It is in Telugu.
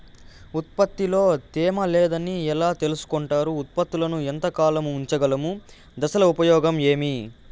ఉత్పత్తి లో తేమ లేదని ఎలా తెలుసుకొంటారు ఉత్పత్తులను ఎంత కాలము ఉంచగలము దశలు ఉపయోగం ఏమి?